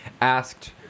asked